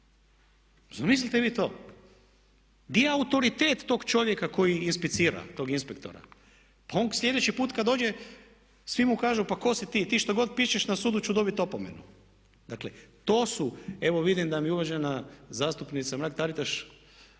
zamislite vi to. Di je autoritet tog čovjeka koji inspicira, tog inpektora? Pa on slijedeći put kad dođe svi mu kažu pa ko si ti, ti što god piše na sudu ću dobiti opomenu. Dakle to su, evo vidim da mi uvažena zastupnica Mrak-Taritaš